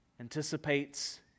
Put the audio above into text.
anticipates